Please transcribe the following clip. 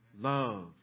Love